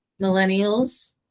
millennials